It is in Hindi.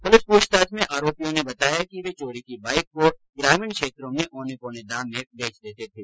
पुलिस पूछताछ में आरोपियों ने बताया कि वे चोरी की बाइक को ग्रामीण क्षेत्रों में औने पौने दाम में बेच देते थे